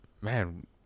man